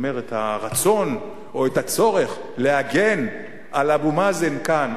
הרצון או את הצורך להגן על אבו מאזן כאן,